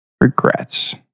regrets